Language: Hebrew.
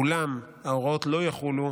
אולם ההוראות לא יחולו